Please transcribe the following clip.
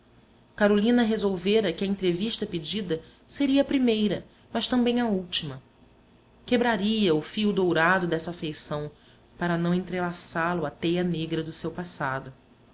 carolina resolvera que a entrevista pedida seria a primeira mas também a última quebraria o fio dourado dessa afeição para não entrelaçá lo à teia negra do seu passado